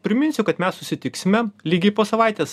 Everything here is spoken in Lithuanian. priminsiu kad mes susitiksime lygiai po savaitės